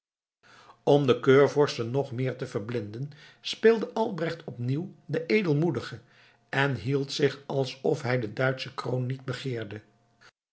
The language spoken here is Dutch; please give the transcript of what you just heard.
om de keurvorsten nog meer te verblinden speelde albrecht opnieuw den edelmoedige en hield zich alsof hij de duitsche kroon niet begeerde